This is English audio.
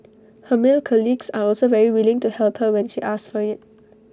her male colleagues are also very willing to help her when she asks for IT